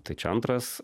tai čia antras